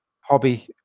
hobby